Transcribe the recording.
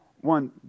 One